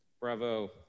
Bravo